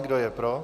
Kdo je pro?